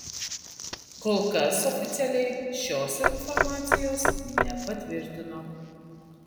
kol kas oficialiai šios informacijos nepatvirtino